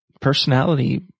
Personality